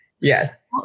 Yes